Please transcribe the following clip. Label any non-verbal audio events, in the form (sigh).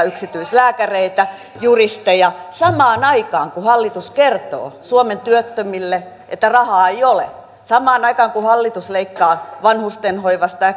(unintelligible) yksityislääkäreitä juristeja samaan aikaan kun hallitus kertoo suomen työttömille että rahaa ei ole samaan aikaan kun hallitus leikkaa vanhustenhoivasta ja (unintelligible)